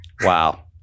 Wow